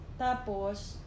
Tapos